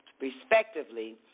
respectively